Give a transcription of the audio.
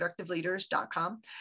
ProductiveLeaders.com